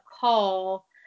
call